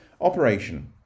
Operation